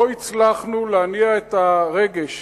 לא הצלחנו להניע את הרגש,